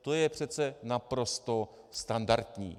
To je přece naprosto standardní.